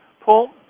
Paul